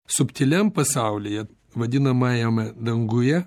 subtiliam pasaulyje vadinamajame danguje